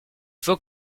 faut